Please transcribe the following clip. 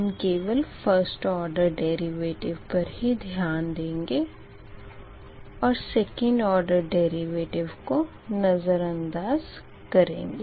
हम केवल first order derivative पर ही ध्यान देंगे और सेकंड ओर्डर डेरिवेटिव को नज़रंदाज़ करेंगे